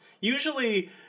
usually